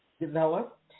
developed